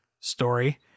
story